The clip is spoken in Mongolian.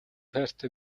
хайртай